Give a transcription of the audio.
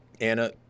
Anna